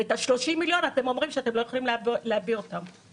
ואתם אומרים שאתם לא יכולים להביא את ה-30 מיליון.